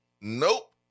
Nope